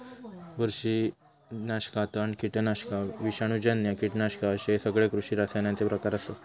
बुरशीनाशका, तण, कीटकनाशका, विषाणूजन्य कीटकनाशका अश्ये सगळे कृषी रसायनांचे प्रकार आसत